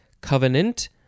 covenant